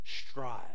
strive